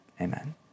Amen